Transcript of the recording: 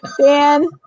Dan